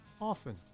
Often